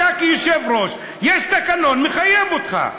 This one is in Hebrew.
אתה, כיושב-ראש, יש תקנון, מחייב אותך.